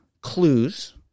clues